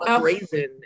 raisin